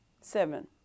seven